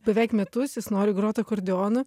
beveik metus jis nori grot akordeonu